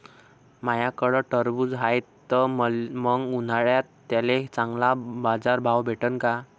माह्याकडं टरबूज हाये त मंग उन्हाळ्यात त्याले चांगला बाजार भाव भेटन का?